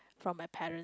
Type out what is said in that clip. from my parents